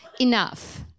Enough